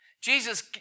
Jesus